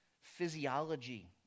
physiology